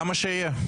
למה שהוא יהיה?